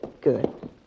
Good